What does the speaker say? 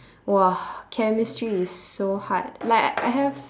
!wah! chemistry is so hard like I have